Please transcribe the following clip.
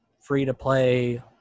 free-to-play